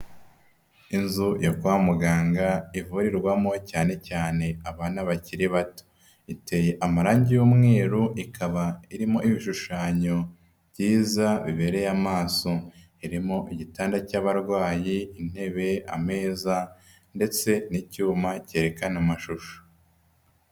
Inzu yo kwa muganga ivurirwamo cyane cyane abana bakiri bato. Iteye amarange y'umweru, ikaba irimo ibishushanyo byiza bibereye amaso. Irimo igitanda cy'abarwayi, intebe, ameza, ndetse n'icyuma cyerekana amashusho.